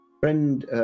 Friend